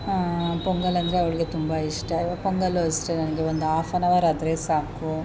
ಪೊಂಗಲ್ ಅಂದರೆ ಅವಳಿಗೆ ತುಂಬ ಇಷ್ಟ ಇವಾಗ ಪೊಂಗಲೂ ಅಷ್ಟೆ ನನಗೆ ಒಂದು ಆಫ್ ಆ್ಯನ್ ಅವರ್ ಆದರೆ ಸಾಕು